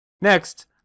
Next